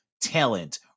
talent